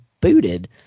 booted